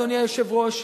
אדוני היושב-ראש,